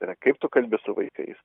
tai yra kaip tu kalbi su vaikais